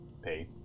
Pay